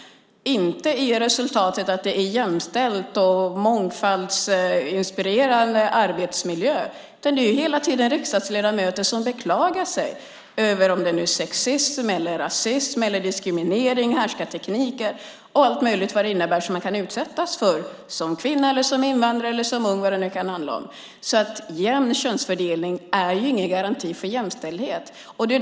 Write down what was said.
Inte är resultatet att det är en jämställd och mångfaldsinspirerande arbetsmiljö, utan det finns hela tiden ledamöter som beklagar sig över sexism, rasism, diskriminering, härskartekniker eller annat som man kan utsättas för som kvinna, som invandrare, som ung och så vidare. Jämn könsfördelning är ingen garanti för jämställdhet.